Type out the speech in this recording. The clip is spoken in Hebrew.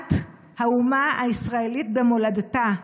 מתחיית האומה הישראלית במולדתה,